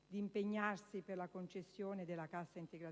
di impegnarsi per la concessione della cassa integrazione